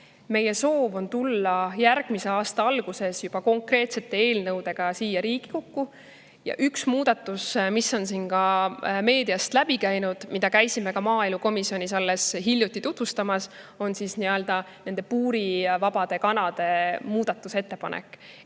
Meie soov on tulla järgmise aasta alguses konkreetsete eelnõudega siia Riigikokku. Üks muudatus, mis on ka meediast läbi käinud ja mida me käisime maaelukomisjonis alles hiljuti tutvustamas, on nii-öelda puurivabade kanade muudatusettepanek.